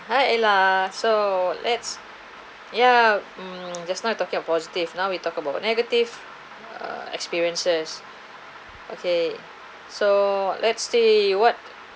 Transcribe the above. hi ayla so let's yeah mm just we talking about positive now we talk about negative uh experiences okay so let's see what